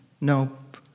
Nope